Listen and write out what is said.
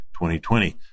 2020